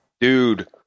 Dude